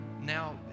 now